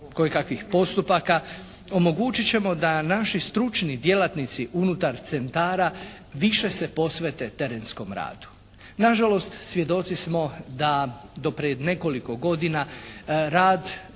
kojekakvih postupaka omogućit ćemo da naši stručni djelatnici unutar centara više se posvete terenskom radu. Nažalost svjedoci smo da prije nekoliko godina rad